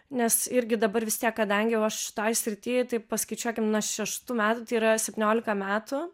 nes irgi dabar vis tiek kadangi jau aš toj srity tai paskaičiuokim nuo šeštų metų tai yra septyniolika metų